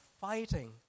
fighting